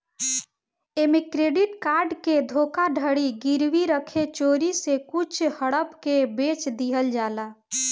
ऐमे credit card के धोखाधड़ी गिरवी रखे चोरी से कुछ हड़प के बेच दिहल जाला